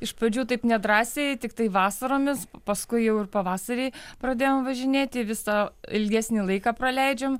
iš pradžių taip nedrąsiai tiktai vasaromis paskui jau ir pavasarį pradėjom važinėti visą ilgesnį laiką praleidžiam